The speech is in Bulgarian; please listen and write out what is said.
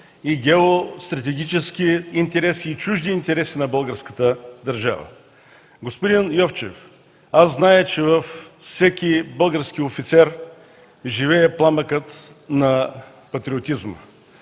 и геостратегически, и чужди интереси, на българската държава. Господин Йовчев, аз зная, че във всеки български офицер живее пламъкът на патриотизма.